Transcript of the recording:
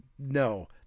No